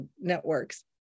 networks